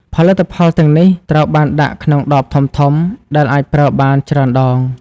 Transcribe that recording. ផលិតផលទាំងនេះត្រូវបានដាក់ក្នុងដបធំៗដែលអាចប្រើបានច្រើនដង។